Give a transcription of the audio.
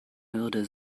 hürde